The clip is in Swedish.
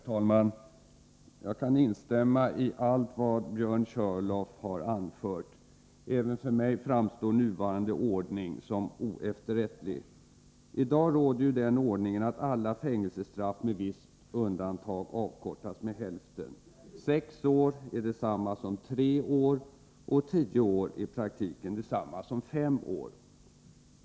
Herr talman! Jag kan instämma i allt vad Björn Körlof har anfört. Även för mig framstår nuvarande ordning som oefterrättlig. I dag råder ju den ordningen att alla fängelsestraff, med visst undantag, avkortas med hälften. Sex år är detsamma som tre år, och tio år är i praktiken detsamma som fem år.